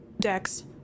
Dex